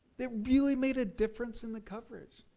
it really made a difference in the coverage.